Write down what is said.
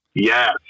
Yes